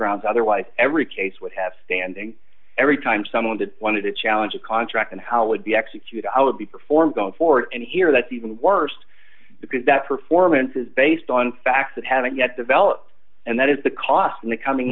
grounds otherwise every case would have standing every time someone that wanted to challenge a contract and how would be executed i would be performed for it and here that's even worse because that performance is based on facts that haven't yet developed and that is the cost in the coming